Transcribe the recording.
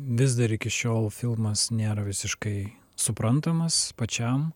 vis dar iki šiol filmas nėra visiškai suprantamas pačiam